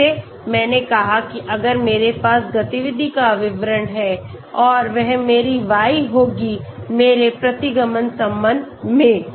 जैसे मैंने कहा कि अगर मेरे पास गतिविधि का विवरण है और वहमेरी y होगी मेरे प्रतिगमन संबंध में